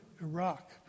Iraq